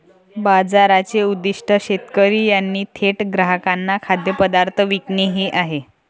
बाजाराचे उद्दीष्ट शेतकरी यांनी थेट ग्राहकांना खाद्यपदार्थ विकणे हे आहे